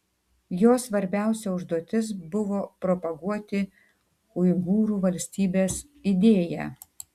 jo svarbiausia užduotis buvo propaguoti uigūrų valstybės idėją